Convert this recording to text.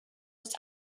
his